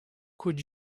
could